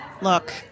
look